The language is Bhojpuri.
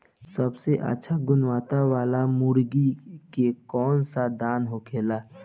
सबसे अच्छा गुणवत्ता वाला मुर्गी के कौन दाना होखेला?